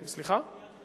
והסדר מיוחד,